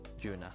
Juna